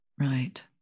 Right